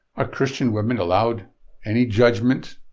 are christian women allowed any judgment